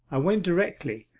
i went directly.